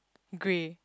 grey